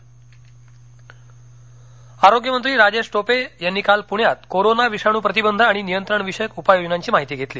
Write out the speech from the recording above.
corona आरोग्य मंत्री राजेश टोपे यांनी काल पूण्यात कोरोना विषाणू प्रतिबंध आणि नियंत्रण विषयक उपाय योजनांची माहिती घेतली